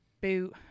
boot